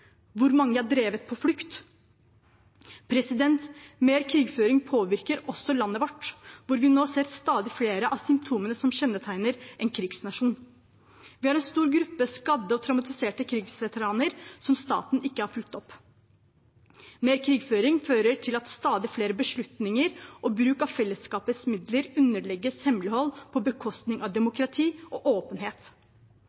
Hvor mange er drevet på flukt? Mer krigføring påvirker også landet vårt, hvor vi nå ser stadig flere av symptomene som kjennetegner en krigsnasjon. Vi har en stor gruppe skadde og traumatiserte krigsveteraner som staten ikke har fulgt opp. Mer krigføring fører til at stadig flere beslutninger og bruk av fellesskapets midler underlegges hemmelighold på bekostning av